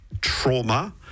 trauma